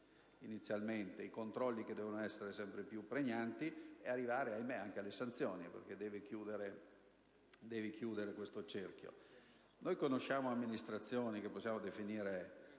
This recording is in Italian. Conosciamo amministrazioni che possiamo definire